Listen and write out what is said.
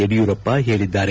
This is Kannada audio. ಯಡಿಯೂರಪ್ಪ ಹೇಳಿದ್ದಾರೆ